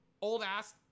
old-ass